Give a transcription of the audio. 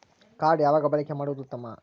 Card ಯಾವಾಗ ಬಳಕೆ ಮಾಡುವುದು ಉತ್ತಮ?